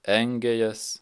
engia jas